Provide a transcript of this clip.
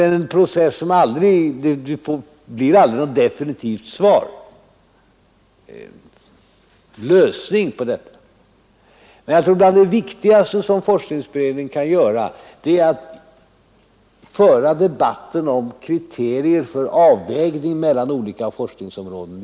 På den processen blir det visserligen aldrig någon definitiv lösning. Men en av forskningsberedningens viktigaste uppgifter torde vara att föra debatten vidare om kriterier för avvägning mellan olika forskningsområden.